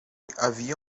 havia